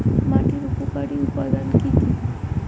মাটির উপকারী উপাদান কি কি?